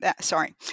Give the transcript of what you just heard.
sorry